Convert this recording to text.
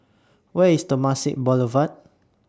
Where IS Temasek Boulevard